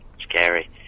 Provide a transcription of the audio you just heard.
Scary